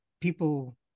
people